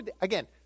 again